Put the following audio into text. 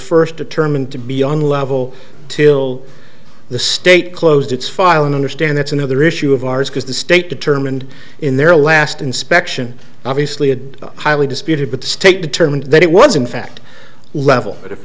first determined to be young level til the state closed its filing understand that's another issue of ours because the state determined in their last inspection obviously a highly disputed but the state determined that it was in fact level but if